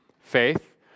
faith